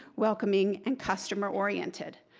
welcoming, and customer-oriented,